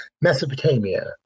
Mesopotamia